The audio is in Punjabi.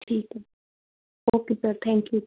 ਠੀਕ ਹੈ ਓਕੇ ਸਰ ਥੈਂਕ ਯੂ